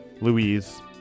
Louise